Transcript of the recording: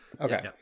Okay